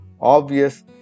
obvious